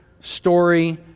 story